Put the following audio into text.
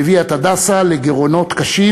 לגירעונות קשים.